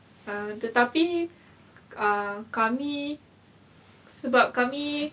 err tetapi uh kami sebab kami